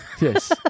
Yes